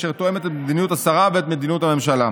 אשר תואמת את מדיניות השרה ואת מדיניות הממשלה.